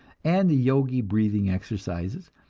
and the yogi breathing exercises,